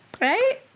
right